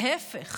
להפך,